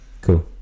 cool